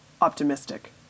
optimistic